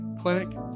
clinic